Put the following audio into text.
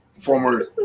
former